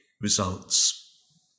results